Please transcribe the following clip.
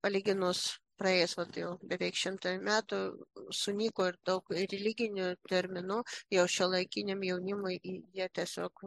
palyginus praėjus jau beveik šimtui metų sunyko ir daug religinių terminų jau šiuolaikiniam jaunimui jie tiesiog